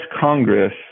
Congress